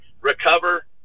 recover